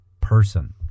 person